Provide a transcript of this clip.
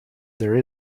there